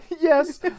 Yes